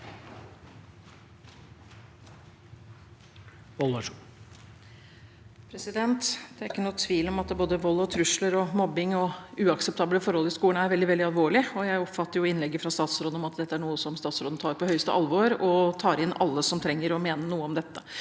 Det er ikke noen tvil om at både vold og trusler, mobbing og uakseptable forhold i skolen er veldig alvorlig. Jeg oppfatter innlegget fra statsråden slik at dette er noe statsråden tar på høyeste alvor, og at hun tar inn alle som trenger å mene noe om dette.